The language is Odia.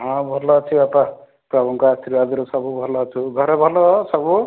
ହଁ ଭଲ ଅଛି ବାପା ପ୍ରଭୁଙ୍କ ଆଶୀର୍ବାଦରୁ ସବୁ ଭଲ ଅଛୁ ଘରେ ଭଲ ସବୁ